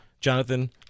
jonathan